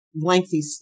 lengthy